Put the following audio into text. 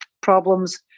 problems